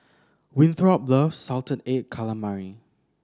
Winthrop loves salted egg calamari